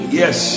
yes